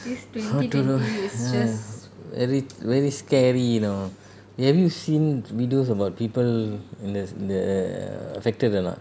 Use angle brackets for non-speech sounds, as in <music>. I don't know <breath> very very scary you know have you seen videos about people and there's the affected or not